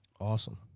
Awesome